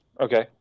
Okay